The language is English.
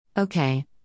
Okay